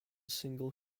single